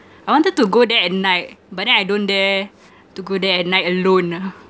I wanted to go there at night but then I don't dare to go there at night alone ah